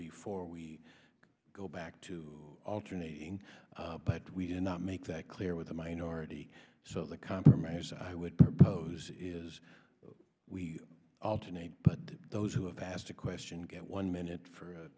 before we go back to alternating but we did not make that clear with the minority so the compromise i would propose is we alternate but those who have asked a question get one minute for